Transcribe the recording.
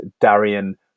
Darian